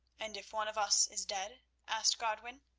and if one of us is dead? asked godwin.